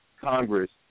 Congress